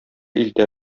илтә